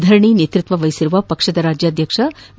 ಧರಣಿ ನೇತೃತ್ವ ವಹಿಸಿರುವ ಪಕ್ಷದ ರಾಜ್ವಾಧ್ಯಕ್ಷ ಬಿ